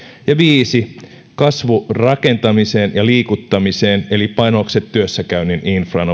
viisi kasvu rakentamiseen ja liikuttamiseen eli panokset työssäkäynnin infraan